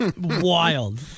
wild